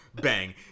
Bang